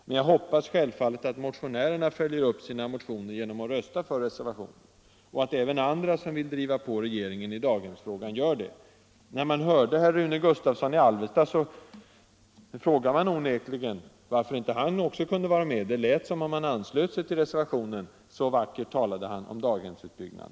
Men jag hoppas självfallet att motionärerna följer upp sina motioner genom att rösta för reservationen och att även andra som vill driva på regeringen i daghemsfrågan gör det. När man hörde herr Rune Gustavsson i Alvesta frågade man sig onekligen varför inte han också Ekonomiskt stöd åt kunde vara med på reservationen. Det lät som om han anslöt sig till den; så vackert talade han om daghemsutbyggnad.